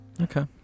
Okay